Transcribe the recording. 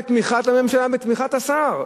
ואת תמיכת הממשלה ותמיכת השר.